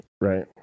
Right